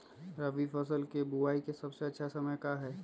रबी फसल के बुआई के सबसे अच्छा समय का हई?